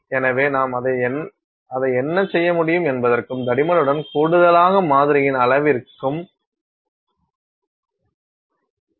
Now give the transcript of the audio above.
எனவே நாம் அதை என்ன செய்ய முடியும் என்பதற்கும் தடிமனுடன் கூடுதலாக மாதிரியின் அளவிற்கும் சில கட்டுப்பாடுகள் இருக்கும்